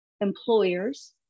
employers